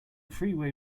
freeway